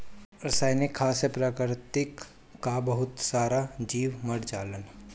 रासायनिक खाद से प्रकृति कअ बहुत सारा जीव मर जालन